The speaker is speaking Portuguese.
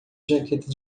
jaqueta